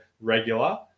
regular